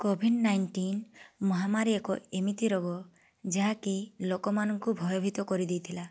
Covid nineteen ମହାମାରୀ ଏକ ଏମିତି ରୋଗ ଯାହାକି ଲୋକମାନଙ୍କୁ ଭୟଭୀତ କରିଦେଇଥିଲା